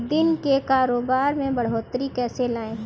दिन के कारोबार में बढ़ोतरी कैसे लाएं?